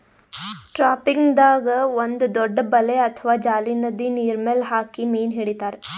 ಟ್ರಾಪಿಂಗ್ದಾಗ್ ಒಂದ್ ದೊಡ್ಡ್ ಬಲೆ ಅಥವಾ ಜಾಲಿ ನದಿ ನೀರ್ಮೆಲ್ ಹಾಕಿ ಮೀನ್ ಹಿಡಿತಾರ್